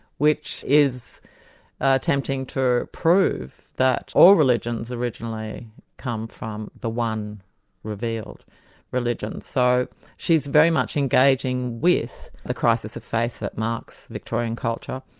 which is attempting to prove that all religions originally come from the one revealed religion. so she's very much engaging with a crisis of faith that marks victorian culture.